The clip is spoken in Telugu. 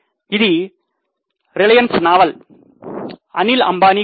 ఇది రిలయన్స్ నావెల్ అనిల్ అంబానీ కంపెనీ